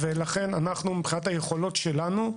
מבחינת היכולות שלנו,